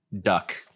duck